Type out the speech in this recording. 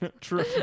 True